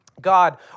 God